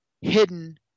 hidden